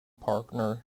partner